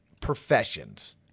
professions